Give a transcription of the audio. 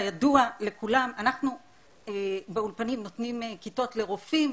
כידוע לכולם אנחנו באולפנים נותנים כיתות לרופאים,